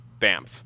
bamf